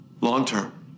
Long-term